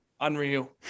Unreal